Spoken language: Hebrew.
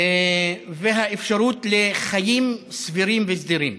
האפשרות לחיים סבירים וסדירים.